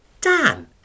Dan